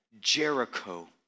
Jericho